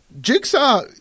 Jigsaw